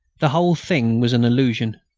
the whole thing was an illusion.